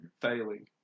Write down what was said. failing